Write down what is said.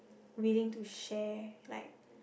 willing to share like